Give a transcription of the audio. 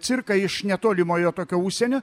cirkai iš netolimojo tokio užsienio